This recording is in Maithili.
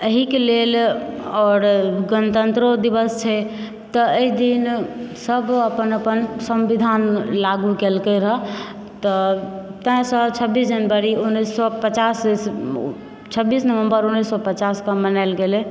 एहिके लेल आओर गणतंत्रो दिवस छै त एहिदिन सभ अपन अपन संविधान लागू केलकय रहऽ तऽ ताहिसँ छब्बीस जनवरी उन्नैस सए पचास ईस्वी छब्बीस नवम्बर उन्नैस सए पचासके मनायल गेलय